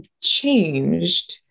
changed